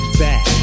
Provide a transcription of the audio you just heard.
back